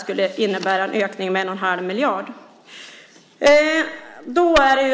skulle innebära en ökning med 1 1⁄2 miljard.